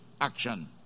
action